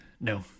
No